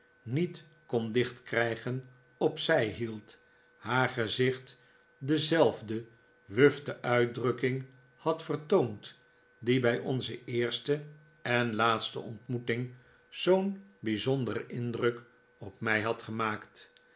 niet kon dicht krijgen op zij hield haar gezicht dezelfde wufte uitdrukking had vertoond die bij onze eerste en laatste ontmoeting zoo'n bijzonderen indruk op mij had gemaakt